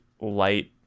light